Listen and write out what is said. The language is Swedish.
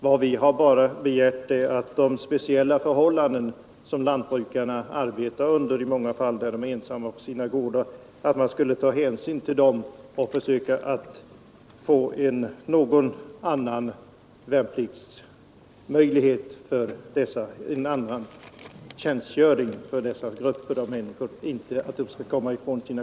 Vad vi begärt är endast att man skulle ta hänsyn till de speciella förhållanden som lantbrukarna i många fall arbetar under, när de är ensamma på sina gårdar, och försöka få till stånd en förändrad tjänstgöring för dessa grupper — inte att de skall komma ifrån sina